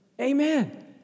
Amen